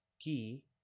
Key